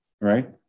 right